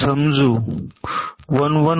1 1 व्हा